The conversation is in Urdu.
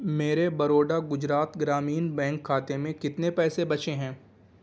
میرے بروڈا گجرات گرامین بینک کھاتے میں کتنے پیسے بچے ہیں